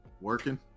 working